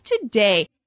today